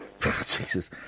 Jesus